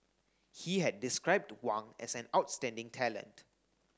he had described Wang as an outstanding talent